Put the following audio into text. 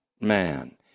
man